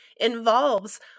involves